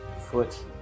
foot